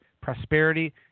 prosperity